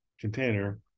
container